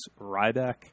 Ryback